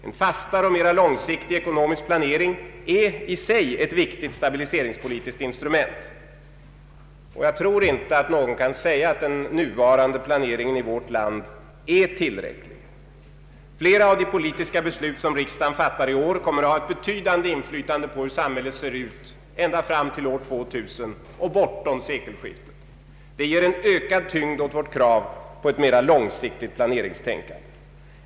En fastare och mera långsiktig ekonomisk planering är i sig ett viktigt stabiliseringspolitiskt instrument, och jag tror inte att någon kan säga att den nuvarande planeringen i vårt land är tillräcklig. Flera av de politiska beslut som riksdagen fattar i år kommer att ha betydande inflytande på hur samhället ser ut ända fram till år 2000, och bortom sekelskiftet. Det ger ökad tyngd åt vårt krav på ett mera långsiktigt planeringstänkande.